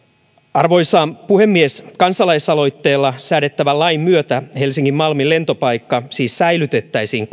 arvoisa puhemies kansalaisaloitteella säädettävän lain myötä helsinki malmin lentopaikka siis säilytettäisiin